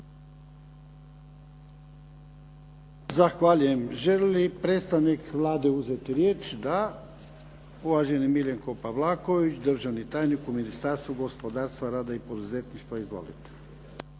Zahvaljujem. Želi li predstavnik Vlade uzeti riječ? Da. Uvaženi Miljenko Pavlaković državni tajnik u Ministarstvu gospodarstva, rada i poduzetništva. Izvolite.